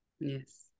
yes